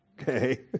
Okay